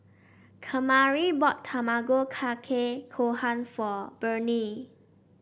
Kamari bought Tamago Kake Gohan for Bernie